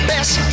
Best